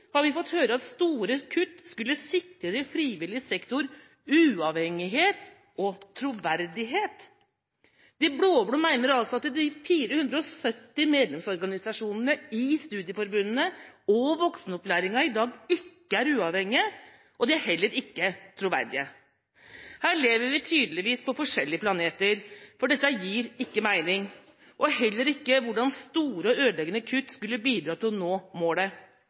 har vi fått høre at store kutt skulle sikre frivillig sektor uavhengighet og troverdighet. De blå-blå mener altså at de 470 medlemsorganisasjonene i studieforbundene og voksenopplæringa i dag ikke er uavhengige, og de er heller ikke troverdige. Her lever vi tydeligvis på forskjellige planeter, for dette gir ikke mening, heller ikke hvordan store og ødeleggende kutt skulle bidra til å nå målet.